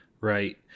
Right